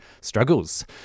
struggles